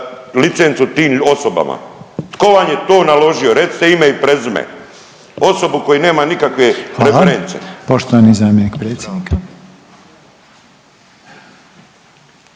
licencu tim osobama? Tko vam je to naložio? Recite ime i prezime. Osobu koja nema nikakve reference.